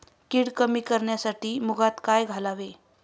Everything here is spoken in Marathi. कीड कमी करण्यासाठी मुगात काय घालावे?